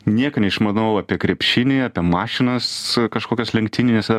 nieko neišmanau apie krepšinį apie mašinas kažkokias lenktynines ar